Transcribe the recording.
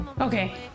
Okay